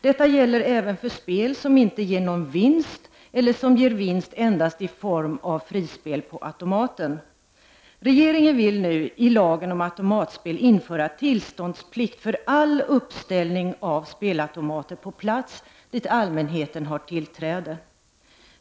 Detta gäller även för spel som inte ger vinst eller som ger vinst endast i form av frispel på automaten. Regeringen vill nu i lagen om automatspel införa tillståndsplikt för all uppställning av spelautomater på plats dit allmänheten har tillträde.